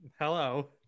Hello